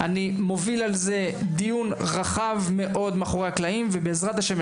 אני מוביל על זה דיון רחב מאוד מאחורי הקלעים ובעזרת השם,